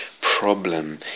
problem